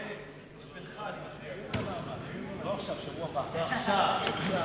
ההסתייגות של קבוצת סיעת